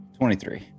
23